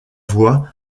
voix